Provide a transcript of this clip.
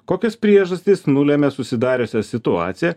kokios priežastys nulemia susidariusią situaciją